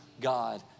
God